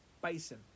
bison